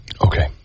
Okay